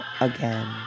again